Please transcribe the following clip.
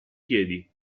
piedi